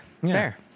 Fair